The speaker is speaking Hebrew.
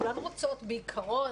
כולן רוצות בעיקרון,